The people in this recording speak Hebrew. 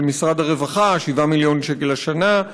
משרד הרווחה: שבעה מיליון שקלים השנה,